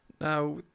Now